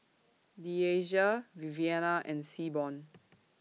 Deasia Viviana and Seaborn